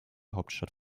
hauptstadt